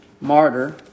martyr